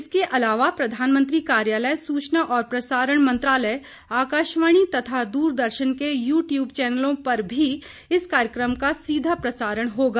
इसके अलावा प्रधानमंत्री कार्यालय सूचना और प्रसारण मंत्रालय आकाशवाणी तथा दूरदर्शन के यूट्यूब चैनलों पर भी इस कार्यक्रम का सीधाप्रसारण होगा